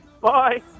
Bye